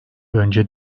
önce